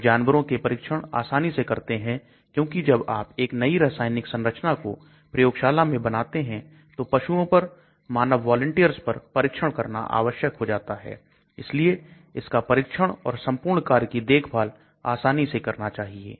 फिर जानवरों के परीक्षण आसानी से करने हैं क्योंकि जब आप एक नई रासायनिक संरचना को प्रयोगशाला में बनाते हैं तो पशुओं पर मानव वॉलिंटियर्स पर परीक्षण करना आवश्यक हो जाता है इसलिए इसका परीक्षण और संपूर्ण कार्य की देखभाल आसानी से करना चाहिए